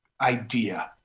idea